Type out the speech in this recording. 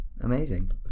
Amazing